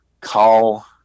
call